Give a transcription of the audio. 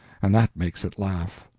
and that makes it laugh.